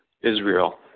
Israel